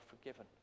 forgiven